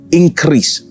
increase